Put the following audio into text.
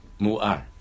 muar